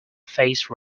face